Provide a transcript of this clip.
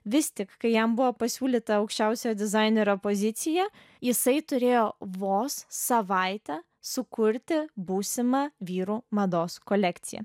vis tik kai jam buvo pasiūlyta aukščiausia dizainerio pozicija jisai turėjo vos savaitę sukurti būsimą vyrų mados kolekciją